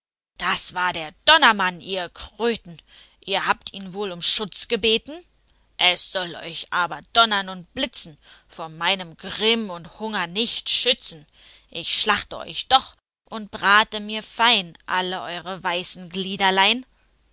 das war der donnermann ihr kröten ihr habt ihn wohl um schutz gebeten es soll euch aber donnern und blitzen vor meinem grimm und hunger nicht schützen ich schlachte euch doch und brate mir fein all eure weißen